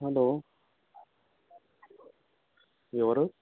hello ఎవరు